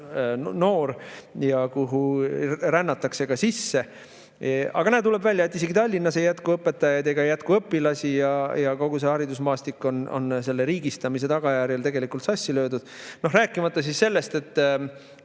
noor ja kuhu rännatakse sisse. Aga näe, tuleb välja, et isegi Tallinnas ei jätku õpetajaid ega jätku õpilasi ja kogu haridusmaastik on selle riigistamise tagajärjel sassi löödud. Noh, rääkimata sellest, et